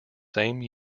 same